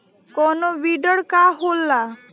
कोनो बिडर का होला?